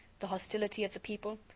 the hostility of the people,